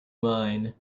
mine